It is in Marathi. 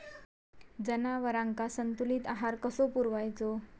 जनावरांका संतुलित आहार कसो पुरवायचो?